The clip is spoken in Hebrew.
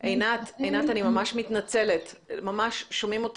אני באמת רוצה להבין האם מוצו